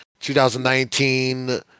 2019